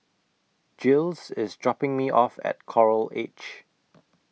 Giles IS dropping Me off At Coral Edge